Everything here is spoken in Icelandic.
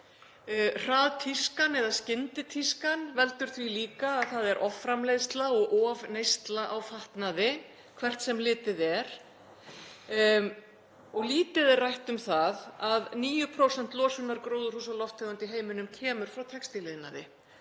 Hraðtískan eða skynditískan veldur því líka að það er offramleiðsla og ofneysla á fatnaði hvert sem litið er og lítið er rætt um það að 9% losunar gróðurhúsalofttegunda í heiminum koma frá textíliðnaði.